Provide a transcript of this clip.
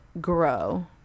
grow